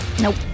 Nope